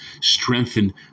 strengthen